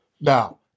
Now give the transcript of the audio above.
Now